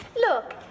look